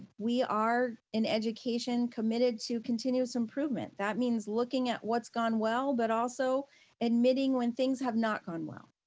we are in education committed to continuous improvement. that means looking at what's gone well, but also admitting when things have not gone well,